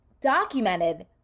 documented